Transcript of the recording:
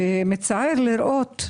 מצער לראות,